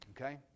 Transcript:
Okay